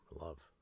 love